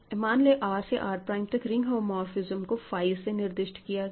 मान लें R से R प्राइम तक रिंग होमोमोर्फिसम को फाई से निर्दिष्ट किया गया है